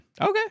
Okay